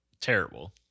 terrible